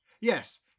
Yes